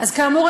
אז כאמור,